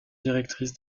directrice